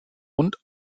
und